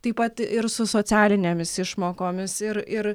taip pat ir su socialinėmis išmokomis ir ir